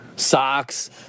Socks